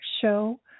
show